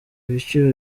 biciro